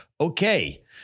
Okay